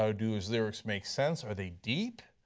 so do his lyrics make sense? are they deep?